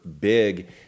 big